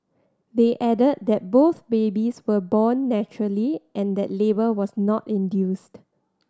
they added that both babies were born naturally and that labour was not induced